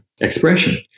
expression